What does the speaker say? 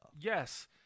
Yes